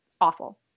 awful